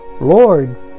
Lord